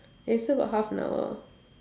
we still got half an hour